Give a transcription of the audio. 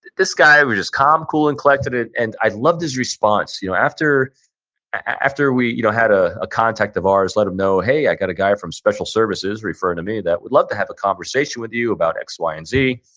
this guy was just calm, cool, and collected it, and i loved his response. you know after after we you know had ah a contact of ours let him know, hey, i got a guy from special services, referring to me, that would love to have a conversation with you about x, y, and z.